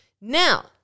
Now